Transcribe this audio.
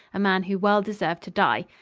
a man who well deserved to die.